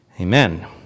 Amen